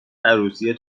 عروسی